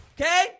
Okay